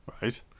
Right